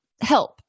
help